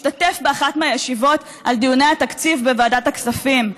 משתתף באחת מהישיבות על דיוני התקציב בוועדת הכספים.